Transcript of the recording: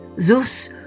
Zeus